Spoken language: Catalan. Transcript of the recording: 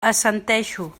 assenteixo